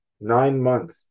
nine-month